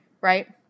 Right